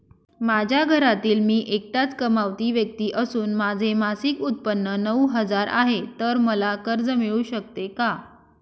माझ्या घरातील मी एकटाच कमावती व्यक्ती असून माझे मासिक उत्त्पन्न नऊ हजार आहे, तर मला कर्ज मिळू शकते का?